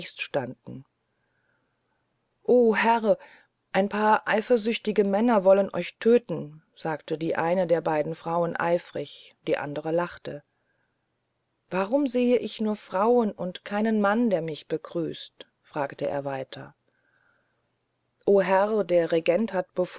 standen o herr ein paar eifersüchtige männer wollen euch töten sagte die eine der beiden frauen eifrig die andere lachte warum sehe ich nur frauen und keinen mann der mich begrüßt fragte er weiter o herr der regent hat